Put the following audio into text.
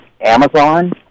Amazon